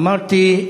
אמרתי,